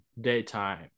daytime